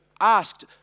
asked